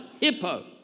hippo